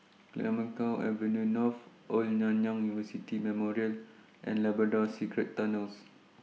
Clemenceau Avenue North Old Nanyang University Memorial and Labrador Secret Tunnels